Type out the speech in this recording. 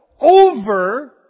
over